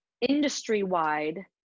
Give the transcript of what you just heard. industry-wide